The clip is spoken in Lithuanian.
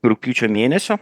rugpjūčio mėnesio